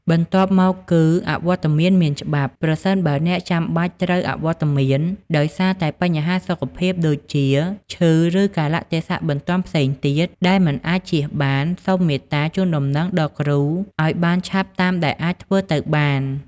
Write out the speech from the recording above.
បន្ទាប់មកគឺ អវត្តមានមានច្បាប់ ប្រសិនបើអ្នកចាំបាច់ត្រូវអវត្តមានដោយសារតែបញ្ហាសុខភាព ដូចជា ឈឺ ឬកាលៈទេសៈបន្ទាន់ផ្សេងទៀតដែលមិនអាចជៀសបាន សូមមេត្តា ជូនដំណឹងដល់គ្រូ ឱ្យបានឆាប់តាមដែលអាចធ្វើទៅបាន។